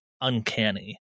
uncanny